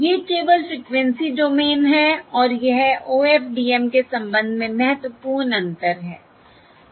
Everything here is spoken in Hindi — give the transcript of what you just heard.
ये केवल फ़्रीक्वेंसी डोमेन हैं और यह OFDM के संबंध में महत्वपूर्ण अंतर है